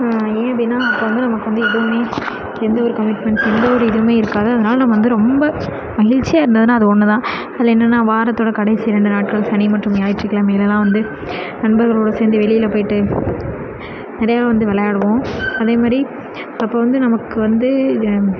ஏன் அப்படின்னா அப்போ வந்து நமக்கு வந்து எதுவுமே எந்த ஒரு கமிட்மென்ட்ஸ் எந்த ஒரு இதுவுமே இருக்காது அதனால நம்ம வந்து ரொம்ப மகிழ்ச்சியாக இருந்ததுன்னால் அது ஒன்று தான் அதுவும் என்னென்னால் வாரத்தோடய கடைசி ரெண்டு நாட்கள் சனி மற்றும் ஞாயிற்றுக்கிழமைலலாம் வந்து நண்பர்களோடு சேர்ந்து வெளியில் போயிட்டு நிறைய வந்து விளையாடுவோம் அதே மாதிரி அப்போ வந்து நமக்கு வந்து